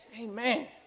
Amen